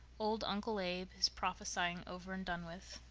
old uncle abe, his prophesying over and done with,